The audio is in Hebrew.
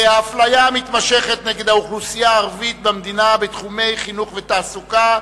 האפליה המתמשכת נגד האוכלוסייה הערבית במדינה בתחומי החינוך והתעסוקה.